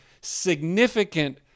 significant